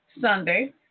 Sunday